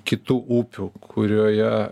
kitų upių kurioje